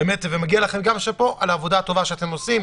וגם לכם מגיע שאפו על העבודה הטובה שאתם עושים,